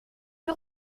que